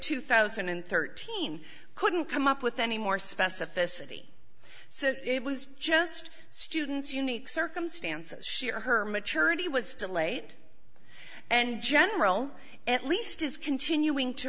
two thousand and thirteen couldn't come up with any more specificity so it was just students unique circumstances she or her maturity was delayed and general at least is continuing to